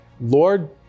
Lord